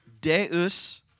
Deus